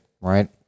right